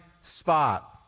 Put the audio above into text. spot